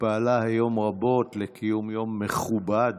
שפעלה היום רבות לקיום יום מכובד